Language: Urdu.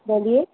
بولیے